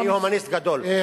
אני הומניסט גדול,